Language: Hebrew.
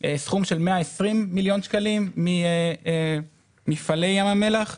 סכום של 120 מיליון שקלים ממפעלי ים המלח.